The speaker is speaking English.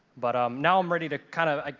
but um now i'm ready to kind of.